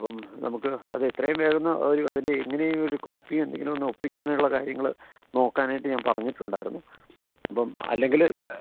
അപ്പം നമുക്ക് അത് എത്രയും വേഗം ഒന്ന് ആ ഒരു അത് എങ്ങനെയെങ്കിലും ഒരു കോപ്പി എന്തെങ്കിലും ഒന്ന് ഒപ്പിക്കാനുള്ള കാര്യങ്ങൾ നോക്കാനായിട്ട് ഞാൻ പറഞ്ഞിട്ടുണ്ടായിരുന്നു അപ്പം അല്ലെങ്കിൽ